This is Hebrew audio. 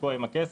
תקוע עם הכסף.